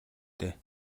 дээ